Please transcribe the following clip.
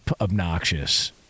obnoxious